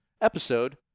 episode